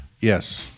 Yes